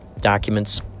documents